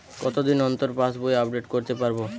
কতদিন অন্তর পাশবই আপডেট করতে পারব?